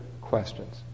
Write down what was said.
questions